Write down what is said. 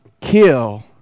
kill